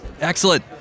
Excellent